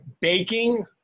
Baking